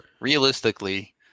realistically